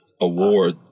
award